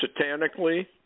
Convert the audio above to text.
satanically